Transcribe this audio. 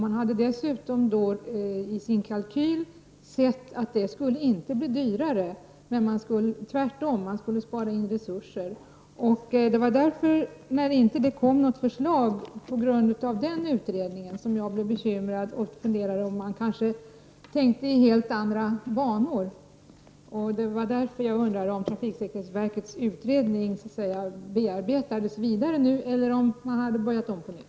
Man hade dessutom i sin kalkyl sett att det inte skulle bli dyrare, utan att man tvärtom skulle spara resurser. När det inte kom något förslag på grund av den utredningen blev jag bekymrad och började fundera över om man kanske tänkte i helt andra banor. Det var därför som jag undrade om trafiksäkerhetsverkets utredning nu bearbetas vidare eller om man har börjat om på nytt.